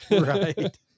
right